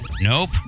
Nope